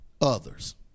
others